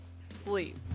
Sleep